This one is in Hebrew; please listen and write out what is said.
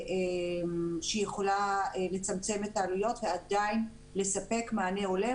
שיכולה לצמצם את העלויות ועדיין לספק מענה הולם